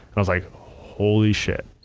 i was like holy shit.